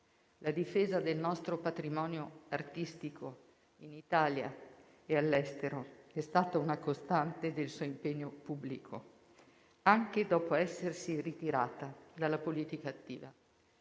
La difesa del nostro patrimonio artistico, in Italia e all'estero, è stata una costante del suo impegno pubblico, anche dopo essersi ritirata dalla politica attiva.